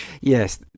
Yes